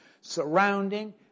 surrounding